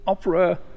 Opera